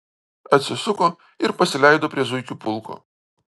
atsisuko ir pasileido prie zuikių pulko